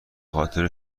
خاطر